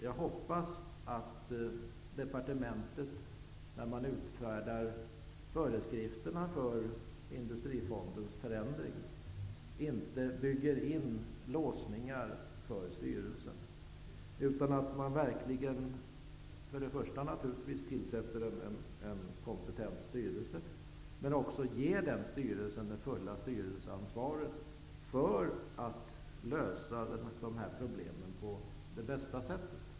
Jag hoppas att departementet, när man utfärdar föreskrifterna för Industrifondens förändring, inte bygger in låsningar för styrelsen. Man måste först och främst naturligtvis tillsätta en kompetent styrelse, men sedan också ge denna styrelse det fulla styrelseansvaret så att den kan lösa dessa problem på bästa sätt.